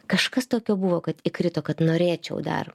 kažkas tokio buvo kad įkrito kad norėčiau dar